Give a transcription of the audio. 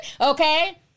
Okay